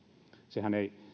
sehän ei